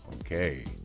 Okay